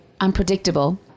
unpredictable